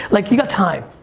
like you got time.